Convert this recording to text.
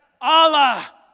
Allah